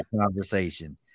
conversation